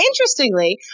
interestingly